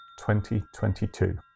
2022